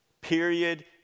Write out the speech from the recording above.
Period